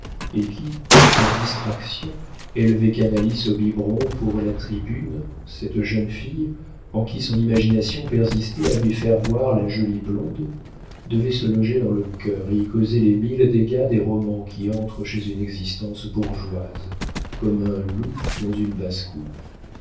et qui par discrétion élevait canalis au biberon pour la tribune cette jolie fille en qui son imagination persistait à lui faire voir la jeune blonde devait se loger dans le cœur et y causer les mille dégâts des romans qui entrent chez une existence bourgeoise comme un loup dans une basse-cour